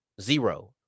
zero